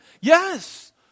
Yes